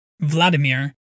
Vladimir